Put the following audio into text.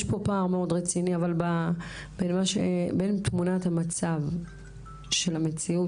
יש פה פער מאוד רציני בין תמונת המצב של המציאות